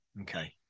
Okay